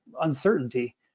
uncertainty